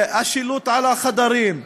השילוט על החדרים,